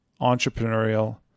entrepreneurial